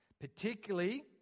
particularly